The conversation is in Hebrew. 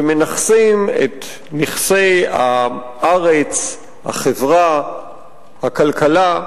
ומנכסים את נכסי הארץ, החברה, הכלכלה,